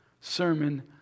sermon